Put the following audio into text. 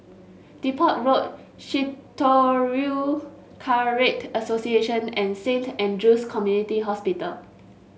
Depot Road Shitoryu Karate Association and Saint Andrew's Community Hospital